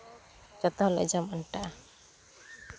ᱡᱚᱛᱚ ᱦᱚᱲᱞᱮ ᱡᱚᱢ ᱟᱱᱴᱟᱜᱼᱟ